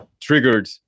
triggered